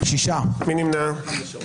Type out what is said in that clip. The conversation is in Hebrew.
מי נמנע?